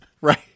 Right